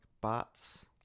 bots